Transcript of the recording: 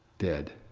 dead.